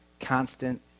constant